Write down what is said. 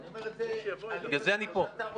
אני אומר את זה אליבא דמה שאתה רוצה.